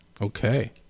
Okay